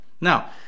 Now